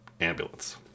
Ambulance